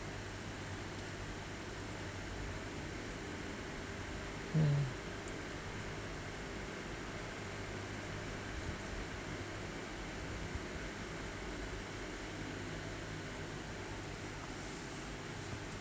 mm